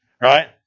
Right